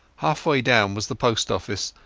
half-way down was the post office,